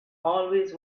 always